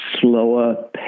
slower